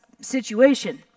situation